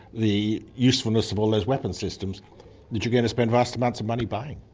the usefulness of all those weapons systems that you're going to spend vast amounts of money buying.